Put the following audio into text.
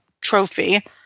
trophy